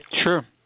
Sure